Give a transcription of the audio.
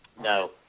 No